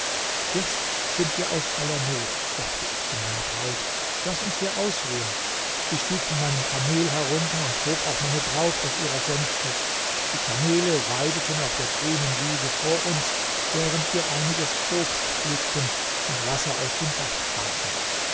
jetzt sind wir aus aller not sagte ich zu meiner braut laß uns hier ausruhen ich stieg von meinem kamel herunter und hob auch meine braut aus ihrer sänfte die kamele weideten auf der grünen wiese vor uns während wir einiges obst pflückten und wasser aus dem bach tranken